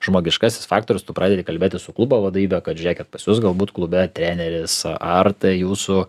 žmogiškasis faktorius tu pradedi kalbėtis su klubo vadovybe kad žiūrėkit pas jus galbūt klube treneris ar tai jūsų